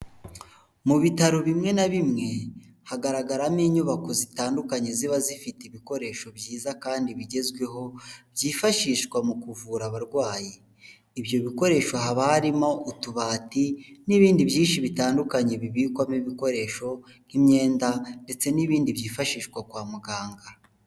Mu bitaro bimwe na bimwe hagaragaramo inyubako zitandukanye ziba zifite ibikoresho byiza kandi bigezweho byifashishwa mu kuvura abarwayi ibyo bikoresho haba harimo utubati n'ibindi byinshi bitandukanye bibikwamo ibikoresho nk'imyenda ndetse n'ibindi byifashishwa kwa muganga.